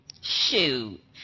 Shoot